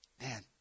man